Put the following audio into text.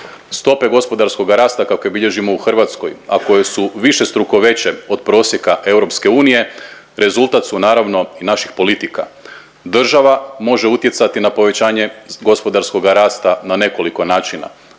Stope gospodarskoga rasta kakve bilježimo u Hrvatskoj, a koje su višestruko veće od prosjeka EU rezultat su naravno i naših politika. Država može utjecati na povećanje gospodarskoga rasta na nekoliko načina.